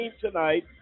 tonight